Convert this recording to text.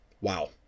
Wow